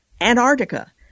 Antarctica